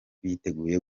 biteguye